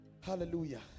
Hallelujah